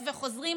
למה?